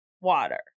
water